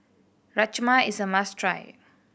rajma is a must try